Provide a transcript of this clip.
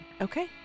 Okay